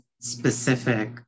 specific